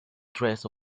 dress